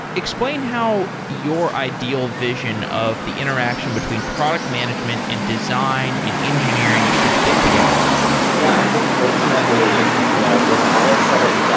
explain how your ideal vision of the interaction between product management and design and engineering should fit together yeah. i think ultimately, you know when all is said and